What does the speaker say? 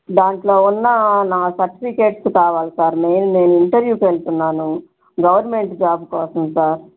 దాంట్లో ఉన్న నా సర్టిఫికెట్సు కావాలి సార్ మెయిన్ నేను ఇంటర్వ్యూకి వెళ్తున్నాను గవర్నమెంట్ జాబు కోసం సార్